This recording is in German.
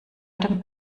dem